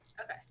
Okay